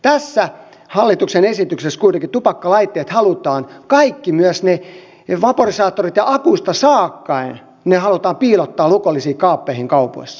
tässä hallituksen esityksessä kuitenkin tupakkalaitteet halutaan kaikki myös ne vaporisaattorit ja akuista saakka piilottaa lukollisiin kaappeihin kaupoissa